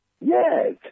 yes